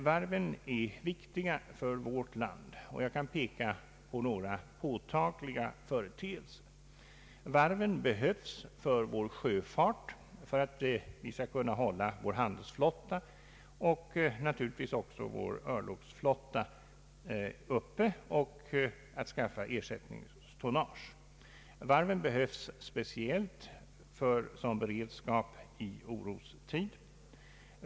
Varven är viktiga för vårt land, och jag kan peka på några påtagliga företeelser. Varven behövs för vår sjöfart, för att vi skall kunna hålla vår handelsflotta och naturligtvis också vår örlogsflotta uppe, men även för produktion av ersättningstonnage. Varven behövs speciellt för beredskap i orostid.